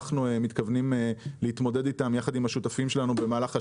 ואנחנו מתכוונים להתמודד איתן יחד עם השותפים שלנו במהלך השנה.